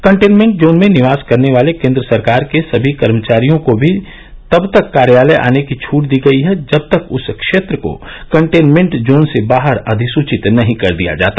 containment zone में निवास करने वाले केंद्र सरकार के सभी कर्मचारियों को भी तब तक कार्यालय आने की छूट दी गई है जब तक उस क्षेत्र को कनटेनमेंट जोन से बाहर अधिसुचित नहीं कर दिया जाता